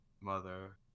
Mother